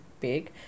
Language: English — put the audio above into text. big